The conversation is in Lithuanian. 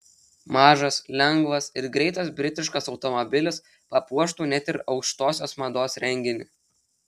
mažas lengvas ir greitas britiškas automobilis papuoštų net ir aukštosios mados renginį